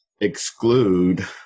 exclude